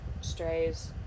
strays